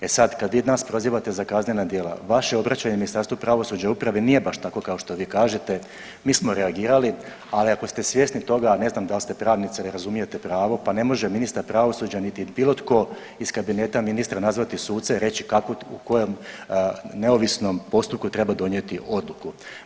E sad kad vi nas prozivate za kaznena djela vaše obraćanje Ministarstvu pravosuđa i uprave nije baš tako kao što vi kažete, mi smo reagirali, ali ako ste svjesni toga, a ne znam dal ste pravnica ili razumijete pravo, pa ne može ministar pravosuđa, niti bilo tko iz kabineta ministra nazvati suce i reći kakvu, u kojem neovisnom postupku treba donijeti odluku.